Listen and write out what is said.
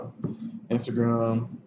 Instagram